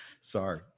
sorry